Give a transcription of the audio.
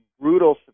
brutal